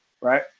right